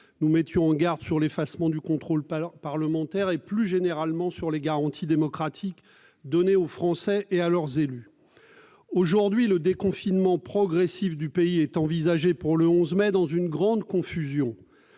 Nous avions mis en garde sur l'effacement du contrôle parlementaire et, plus généralement, sur les garanties démocratiques données aux Français et à leurs élus. Aujourd'hui, le déconfinement progressif du pays est envisagé pour le 11 mai dans une grande confusion.